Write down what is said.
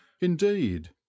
Indeed